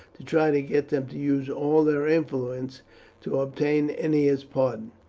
to try to get them to use all their influence to obtain ennia's pardon.